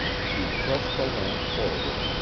she thrust the lamp forward,